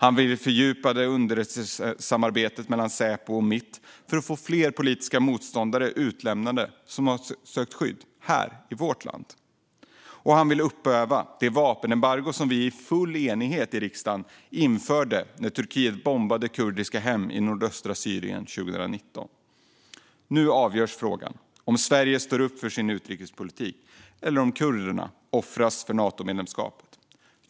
Han vill fördjupa underrättelsesamarbetet mellan Säpo och MIT för att få fler politiska motståndare som har sökt skydd här i vårt land utlämnade. Han vill upphäva det vapenembargo som vi i full enighet i riksdagen införde när Turkiet bombade kurdiska hem i nordöstra Syrien 2019. Nu avgörs frågan om Sverige står upp för sin utrikespolitik, eller om kurderna offras för Natomedlemskapet.